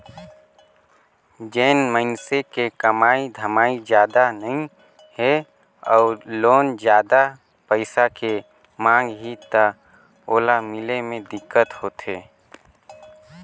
जेन मइनसे के कमाई धमाई जादा नइ हे अउ लोन जादा पइसा के मांग ही त ओला मिले मे दिक्कत होथे